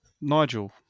Nigel